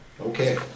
Okay